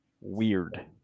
weird